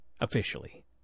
officially